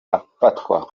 afatwa